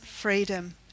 Freedom